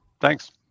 Thanks